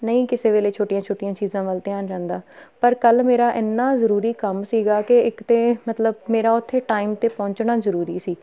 ਨਹੀਂ ਕਿਸੇ ਵੇਲੇ ਛੋਟੀਆਂ ਛੋਟੀਆਂ ਚੀਜ਼ਾਂ ਵੱਲ ਧਿਆਨ ਜਾਂਦਾ ਪਰ ਕੱਲ੍ਹ ਮੇਰਾ ਇੰਨਾ ਜ਼ਰੂਰੀ ਕੰਮ ਸੀਗਾ ਕਿ ਇੱਕ ਤਾਂ ਮਤਲਬ ਮੇਰਾ ਉੱਥੇ ਟਾਈਮ 'ਤੇ ਪਹੁੰਚਣਾ ਜ਼ਰੂਰੀ ਸੀ